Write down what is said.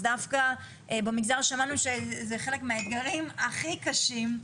אז דווקא במגזר שמענו שזה חלק מהאתגרים הכי קשים.